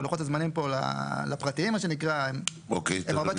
אבל לוחות הזמנים פה לפרטיים מה שנקרא הם הרבה יותר